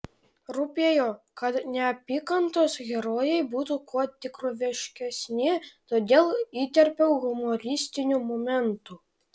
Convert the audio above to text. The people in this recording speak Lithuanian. rūpėjo kad neapykantos herojai būtų kuo tikroviškesni todėl įterpiau humoristinių momentų